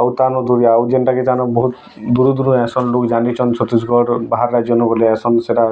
ଆଉ ତାର୍ନୁ ଦୂରିଆ ଆଉ ଯେନ୍ଟାକି ତାର୍ମାନେ ବହୁତ୍ ଦୁରୁ ଦୂରୁ ଆଏସନ୍ ଲୋକ୍ ଜାନିଛନ୍ ଛତିଶ୍ଗଡ଼୍ର ବାହାର୍ ରାଜ୍ୟନୁ ଗଲେ ଆଏସନ୍ ସେଟା